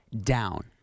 down